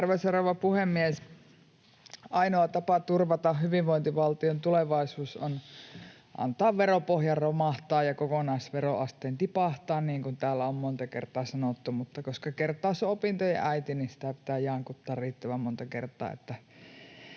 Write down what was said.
rouva puhemies! Ainoa tapa turvata hyvinvointivaltion tulevaisuus on antaa veropohjan romahtaa ja kokonaisveroasteen tipahtaa, niin kuin täällä on monta kertaa sanottu, mutta koska kertaus on opintojen äiti, niin sitä pitää jankuttaa riittävän monta kertaa,